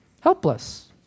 Helpless